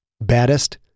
Baddest